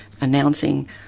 announcing